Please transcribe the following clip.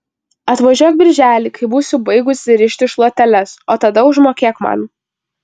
atvažiuok birželį kai būsiu baigusi rišti šluoteles o tada užmokėk man